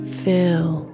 fill